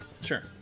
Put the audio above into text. Sure